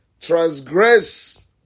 transgress